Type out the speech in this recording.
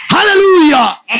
Hallelujah